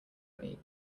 neat